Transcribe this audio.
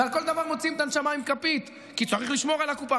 ועל כל דבר מוציאים את הנשמה עם כפית כי צריך לשמור על הקופה.